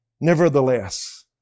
Nevertheless